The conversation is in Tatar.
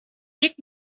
тик